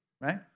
Right